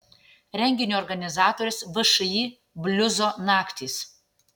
renginio organizatorius všį bliuzo naktys